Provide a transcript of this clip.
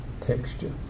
texture